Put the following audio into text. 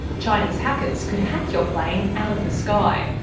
chinese hackers could hack your plane out of the sky.